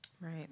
Right